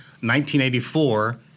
1984